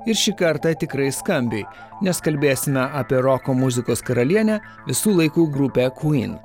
ir šį kartą tikrai skambiai nes kalbėsime apie roko muzikos karalienę visų laikų grupę kvyn